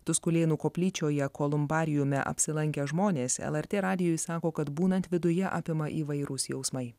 tuskulėnų koplyčioje kolumbariume apsilankę žmonės lrt radijui sako kad būnant viduje apima įvairūs jausmai